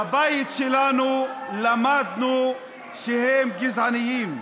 בבית שלנו למדנו שהם גזענים.